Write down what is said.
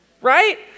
right